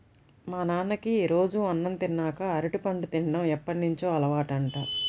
మా నాన్నకి రోజూ అన్నం తిన్నాక అరటిపండు తిన్డం ఎప్పటినుంచో అలవాటంట